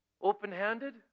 Open-handed